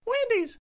Wendy's